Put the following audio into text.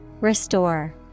Restore